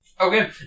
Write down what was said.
Okay